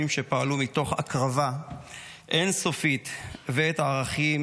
שפעלו מתוך הקרבה אין-סופית ואת הערכים